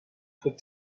could